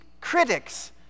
critics